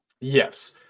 Yes